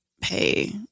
pay